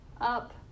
up